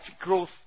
growth